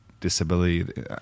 disability